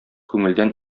күңелдән